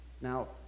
Now